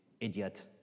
idiot